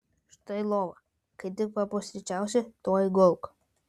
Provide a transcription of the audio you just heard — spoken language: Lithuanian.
štai lova kai tik papusryčiausi tuoj gulk